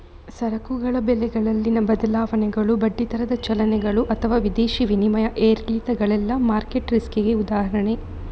ಸರಕುಗಳ ಬೆಲೆಗಳಲ್ಲಿನ ಬದಲಾವಣೆಗಳು, ಬಡ್ಡಿ ದರದ ಚಲನೆಗಳು ಅಥವಾ ವಿದೇಶಿ ವಿನಿಮಯ ಏರಿಳಿತಗಳೆಲ್ಲ ಮಾರ್ಕೆಟ್ ರಿಸ್ಕಿಗೆ ಉದಾಹರಣೆ